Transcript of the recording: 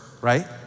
right